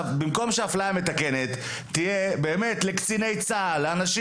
במקום שהאפליה המתקנת תהיה באמת לקציני צה"ל ולאנשים